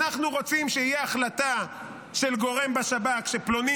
אנחנו רוצים שתהיה החלטה של גורם בשב"כ שפלוני